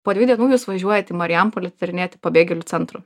po dviejų dienų jūs važiuojat į marijampolę atidarinėti pabėgėlių centro